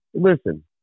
Listen